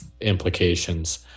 implications